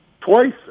twice